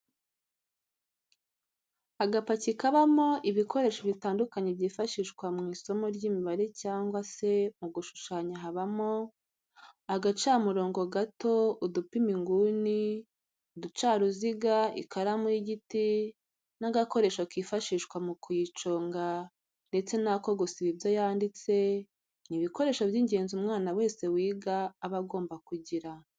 Agapaki kabamo ibikoresho bitandukanye byifashishwa mu isomo ry'imibare cyangwa se mu gushushanya habamo agacamurongo gato, udupima inguni, uducaruziga, ikaramu y'igiti n'agakoresho kifashishwa mu kuyiconga ndetse n'ako gusiba ibyo yanditse, ni ibikoresho by'ingenzi umwana wese wiga aba agomba kugira.